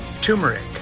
Turmeric